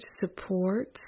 support